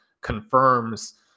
confirms